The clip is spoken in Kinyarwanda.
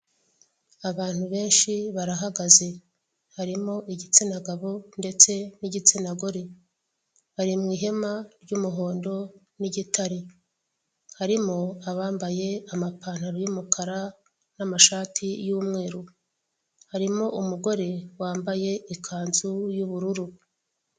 Abantu benshi barahagaze, harimo igitsina gabo ndetse n'igitsina gore, bari mu ihema ry'umuhondo n'igitare, harimo abambaye amapantalo y'umukara n'amashati y'umweru, harimo umugore wambaye ikanzu y'ubururu.